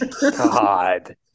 God